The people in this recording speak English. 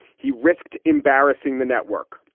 he risked embarrassing the network.